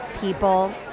people